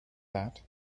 that